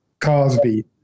Cosby